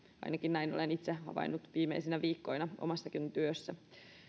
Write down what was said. ainakin näin olen itse havainnut viimeisinä viikkoina omassakin työssäni